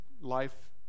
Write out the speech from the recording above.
life